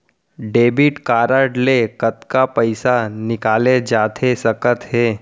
Debit card ले कतका पइसा निकाले जाथे सकत हे?